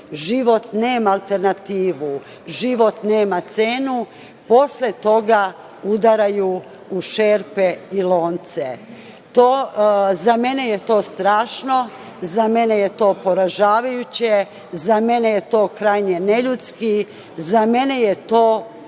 život nema alternativu, život nema cenu, posle toga udaraju u šerpe i lonce. Za mene je to strašno, za mene je to poražavajuće, za mene je to krajnje neljudski, za mene je to